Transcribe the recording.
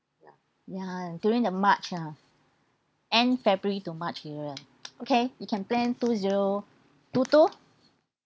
ya during the march ya end february to march area okay you can plan two zero two two